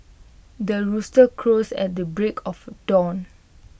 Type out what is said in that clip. the rooster crows at the break of dawn